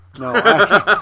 No